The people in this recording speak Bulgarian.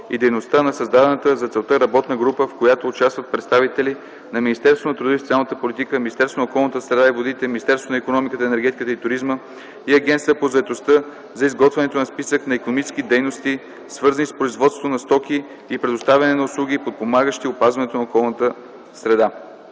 и дейността на създадената за целта работна група, в която участват представители на Министерството на труда и социалната политика, Министерството на околната среда и водите, Министерството на икономиката, енергетиката и туризма и Агенцията по заетостта за изготвянето на Списък на икономически дейности, свързани с производството на стоки и предоставяне на услуги, подпомагащи опазването на околната среда.